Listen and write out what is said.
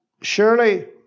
surely